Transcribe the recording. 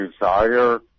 desire